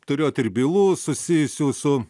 turėjot ir bylų susijusių su